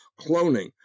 cloning